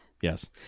Yes